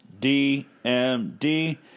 DMD